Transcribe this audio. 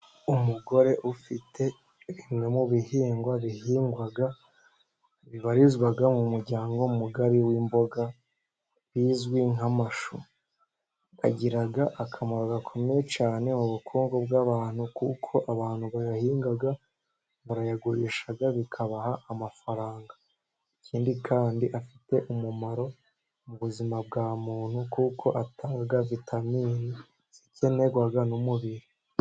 Umugore ufite bimwe mu bihingwa bihingwa, bibarizwa mu muryango mugari w'imboga bizwi nk'amashu, agira akamaro gakomeye cyane mu bukungu bw'abantu, kuko abantu bayahinga barayagurisha bikabaha amafaranga, ikindi kandi afite umumaro mu buzima bwa muntu, kuko atanga vitamini zikenerwa n'umubiri.